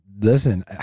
listen